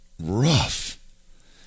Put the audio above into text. rough